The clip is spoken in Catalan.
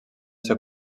ser